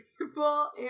people